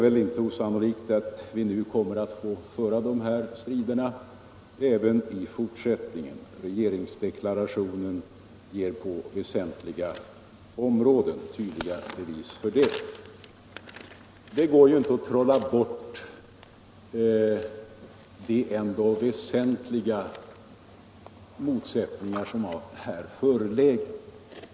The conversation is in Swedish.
Vi kommer säkert att få föra de här striderna även i fortsättningen. Regeringsdeklarationen ger på väsentliga områden tydliga bevis för det. Det går inte att trolla bort de väsentliga motsättningar som har förelegat.